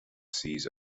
seas